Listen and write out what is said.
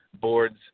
boards